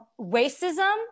racism